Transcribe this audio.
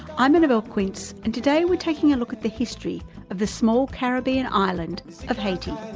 i'm annabelle quince, and today we're taking a look at the history of the small caribbean island of haiti.